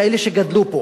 כאלה שגדלו פה,